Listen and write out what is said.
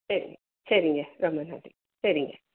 சரிங்க சரிங்க ரொம்ப நன்றி சரிங்க